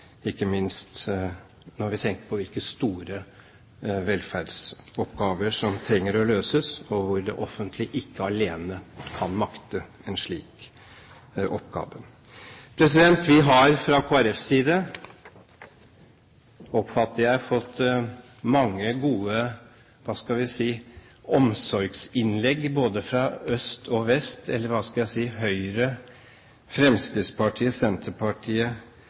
ikke minst når vi tenker på hvilke store velferdsoppgaver som trenger å bli løst. Det offentlige kan ikke alene makte en slik oppgave. Jeg oppfatter at vi fra Kristelig Folkeparti har fått mange gode – hva skal vi si – omsorgsinnlegg både fra øst og vest, eller fra Høyre, Fremskrittspartiet, Senterpartiet,